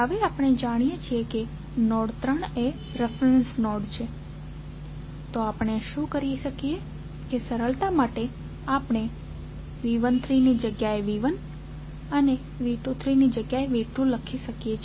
હવે આપણે જાણીએ છીએ કે નોડ 3 એ રેફેરેંસ નોડ છે તો આપણે શું કરી શકીએ કે સરળતા માટે આપણે V13 ની જગ્યાએ V1 અને V23ની જગ્યાએ V2 લખી શકીએ છીએ